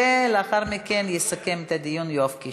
ולאחר מכן יסכם את הדיון יואב קיש.